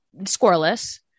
scoreless